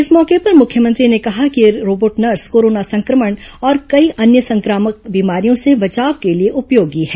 इस मौके पर मुख्यमंत्री ने कहा कि यह रोबोट नर्स कोरोना सं क्र मण और कई अन्य सं क्रामक बीमारियों से बचाव के लिए उपयोगी है